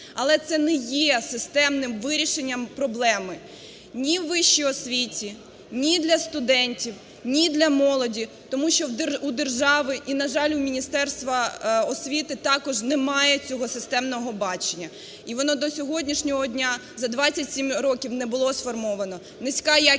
Але це не є системним вирішенням проблеми ні в вищій освіті, ні для студентів, ні для молоді, тому що в держави і, на жаль, у Міністерства освіти також немає цього системного бачення, і воно до сьогоднішнього дня за 27 років не було сформовано. Низька якість